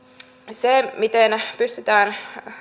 siinä miten pystytään